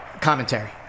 commentary